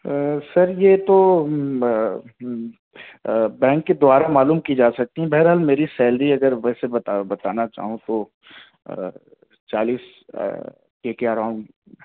سر یہ تو بینک کے دوارا معلوم کی جا سکتی ہیں بہرحال میری سیلری اگر ویسے بتا بتانا چاہوں تو چالیس کے کے اراؤنڈ